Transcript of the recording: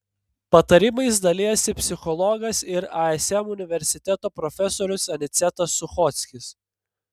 patarimais dalijasi psichologas ir ism universiteto profesorius anicetas suchockis